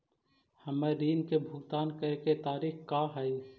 हमर ऋण के भुगतान करे के तारीख का हई?